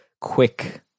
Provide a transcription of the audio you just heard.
quick